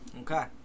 Okay